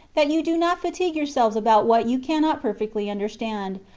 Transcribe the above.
that you do not fatigue yourselves about what you cannot perfectly understand,